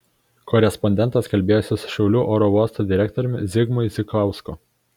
korespondentas kalbėjosi su šiaulių oro uosto direktoriumi zigmui zdzichausku